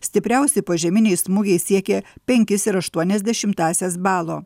stipriausi požeminiai smūgiai siekė penkis ir aštuonias dešimtąsias balo